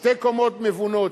שתי קומות מבונות,